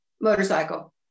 Motorcycle